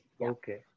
Okay